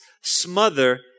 smother